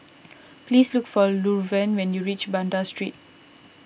please look for Luverne when you reach Banda Street